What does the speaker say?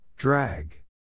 Drag